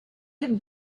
had